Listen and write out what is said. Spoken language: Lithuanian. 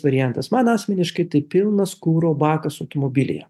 variantas man asmeniškai tai pilnas kuro bakas automobilyje